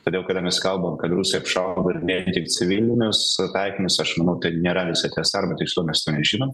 todėl kada mes kalbam kad rusai apšaudo netgi ir civilinius taikinius aš manau tai nėra visa tiesa arba tiksliau mes to nežinom